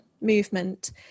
movement